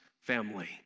family